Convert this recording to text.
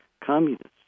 communists